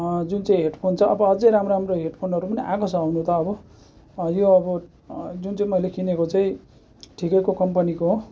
जुन चाहिँ हेडफोन छ अब अझै राम्रो राम्रो हेडफोनहरू पनि आएको छ आउनु त अब यो अब जुन चाहिँ मैले किनेको चाहिँ ठिकैको कम्पनीको हो